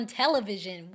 television